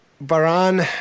Baran